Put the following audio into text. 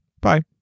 Bye